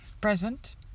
present